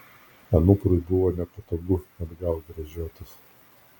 anuprui buvo nepatogu atgal gręžiotis